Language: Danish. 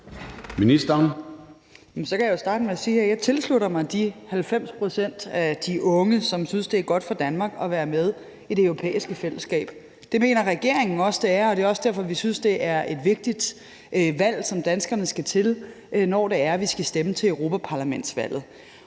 jeg tilslutter mig de 90 pct. af de unge, som synes, det er godt for Danmark at være med i Det Europæiske Fællesskab. Det mener regeringen også det er, og det er også derfor, vi synes, det er et vigtigt valg, som danskerne skal til, når vi skal stemme til europaparlamentsvalget.